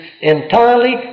entirely